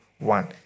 One